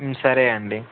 సరే అండి